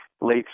late